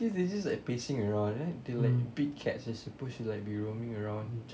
cause they just like pacing around right they like big cats they supposed to be like roaming around